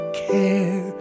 care